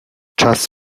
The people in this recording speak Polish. czas